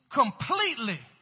completely